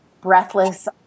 breathless